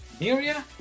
Miria